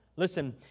Listen